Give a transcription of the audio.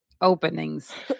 openings